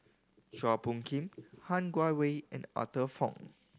Chua Phung Kim Han Guangwei and Arthur Fong